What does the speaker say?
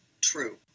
true